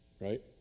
right